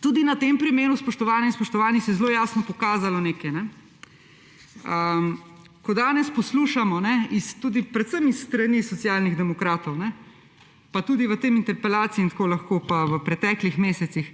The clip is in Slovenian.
Tudi na tem primeru, spoštovane in spoštovani, se je zelo jasno pokazalo nekaj. Ko danes poslušamo predvsem s strani Socialnih demokratov, pa tudi v tej interpelaciji in v preteklih mesecih,